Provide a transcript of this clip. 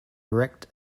erect